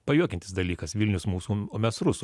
pajuokiantis dalykas vilnius mūsų o mes rusų